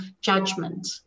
judgment